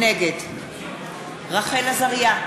נגד רחל עזריה,